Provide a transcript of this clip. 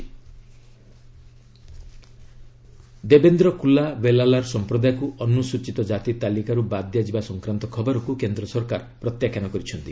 ଗଭ୍ clarification Devendra Kula Vellalar ସମ୍ପ୍ରଦାୟକୁ ଅନୁସୂଚୀତ ଜାତି ତାଲିକାରୁ ବାଦ୍ ଦିଆଯିବା ସଂକ୍ରାନ୍ତ ଖବରକୁ କେନ୍ଦ୍ର ସରକାର ପ୍ରତ୍ୟାଖ୍ୟାନ କରିଛନ୍ତି